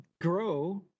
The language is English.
grow